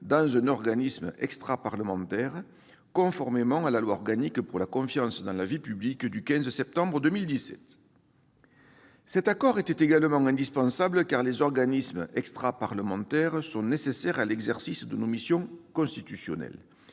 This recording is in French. dans un organisme extraparlementaire, conformément à la loi organique pour la confiance dans la vie politique du 15 septembre 2017. Cet accord était également indispensable en ce que les organismes extraparlementaires sont nécessaires à l'exercice de nos missions constitutionnelles.